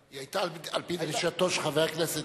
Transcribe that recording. היא היתה על-פי דרישתם של חבר הכנסת